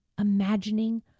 imagining